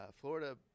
florida